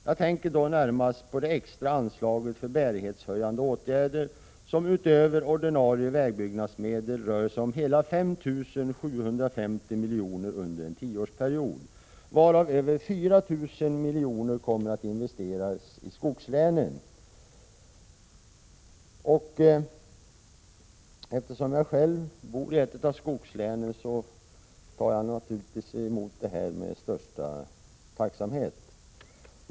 Jag tänker då närmast på det extra anslaget för bärighetshöjande åtgärder, som utöver ordinarie vägbyggnadsmedel rör sig om hela 5 750 miljoner under en tioårsperiod, varav över 4 000 miljoner kommer att investeras i skogslänen. Eftersom jag själv bor i ett av skogslänen tar jag naturligtvis emot detta med största tacksamhet.